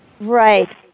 Right